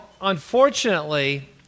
unfortunately